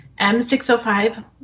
m605